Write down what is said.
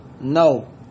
No